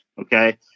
okay